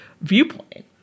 viewpoint